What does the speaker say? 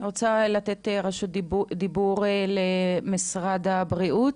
אני רוצה לתת רשות דיבור למשרד הבריאות,